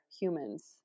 humans